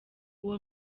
uwo